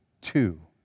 two